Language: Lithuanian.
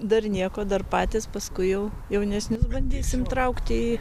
dar nieko dar patys paskui jau jaunesnius bandysim traukti į